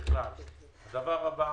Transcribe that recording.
דבר נוסף,